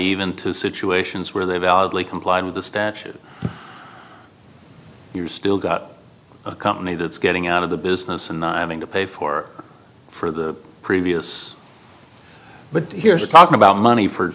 even to situations where they validly complied with the statute you're still got a company that's getting out of the business and not having to pay for for the previous but here are talking about money for